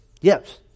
Yes